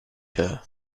her